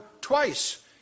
twice